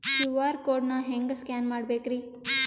QR code ನಾ ಹೆಂಗ scan ಮಾಡಬೇಕ್ರಿ?